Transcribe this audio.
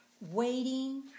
waiting